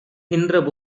கின்ற